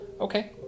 Okay